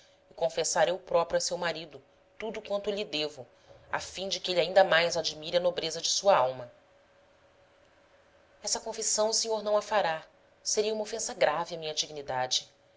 e confessar eu próprio a seu marido tudo quanto lhe devo a fim de que ele ainda mais admire a nobreza de sua alma essa confissão o senhor não a fará seria uma ofensa grave à minha dignidade